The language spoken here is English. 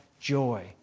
joy